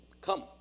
come